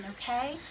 okay